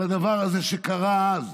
על הדבר הזה שקרה אז,